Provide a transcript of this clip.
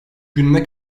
gününe